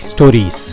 Stories